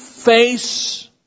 face